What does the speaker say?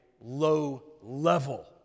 low-level